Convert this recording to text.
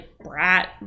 brat